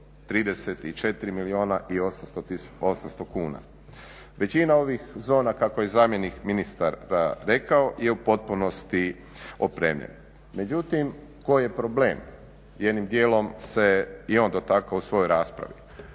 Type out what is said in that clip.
834 milijuna i 800 kuna. Većina ovih zona kako je zamjenik ministra rekao je u potpunosti opremljena. Međutim, koji je problem? Jednim dijelom se i on dotakao u svojoj raspravi.